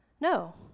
No